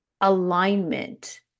alignment